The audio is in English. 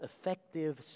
effective